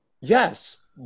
Yes